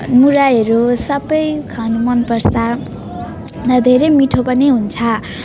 मुराइहरू सब खानु मन पर्छ र धेरै मिठो पनि हुन्छ